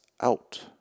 out